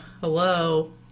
Hello